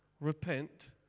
repent